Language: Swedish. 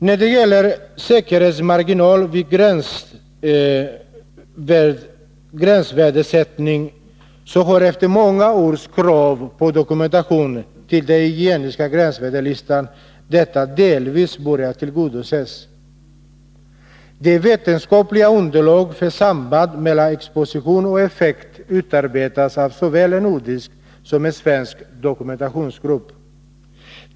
När det gäller säkerhetsmarginal vid gränsvärdesättning har detta delvis börjat tillgodoses efter många års krav på dokumentation till den hygieniska gränsvärdeslistan. Det vetenskapliga underlaget för samband mellan exposition och effekt utarbetas av såväl en nordisk som en svensk dokumentationsgrupp.